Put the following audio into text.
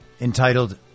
entitled